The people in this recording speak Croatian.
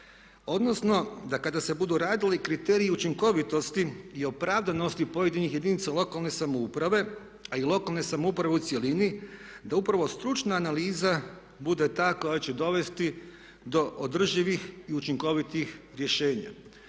Odnosno da kada se budu radili kriteriji učinkovitosti i opravdanosti pojedinih jedinica lokalne samouprave, a i lokalne samouprave u cjelini, da upravo stručna analiza bude ta koja će dovesti do održivih i učinkovitih rješenja.